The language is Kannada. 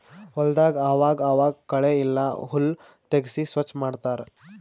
ಹೊಲದಾಗ್ ಆವಾಗ್ ಆವಾಗ್ ಕಳೆ ಇಲ್ಲ ಹುಲ್ಲ್ ತೆಗ್ಸಿ ಸ್ವಚ್ ಮಾಡತ್ತರ್